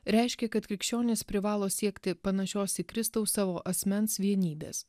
reiškia kad krikščionys privalo siekti panašios į kristaus savo asmens vienybės